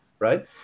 Right